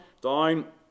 down